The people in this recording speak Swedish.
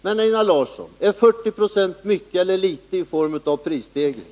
Men, Einar Larsson: Är 40 96 mycket eller litet i fråga om prisstegring?